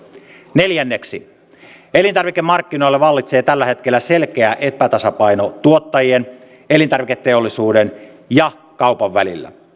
neljänneksi elintarvikemarkkinoilla vallitsee tällä hetkellä selkeä epätasapaino tuottajien elintarviketeollisuuden ja kaupan välillä